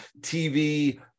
TV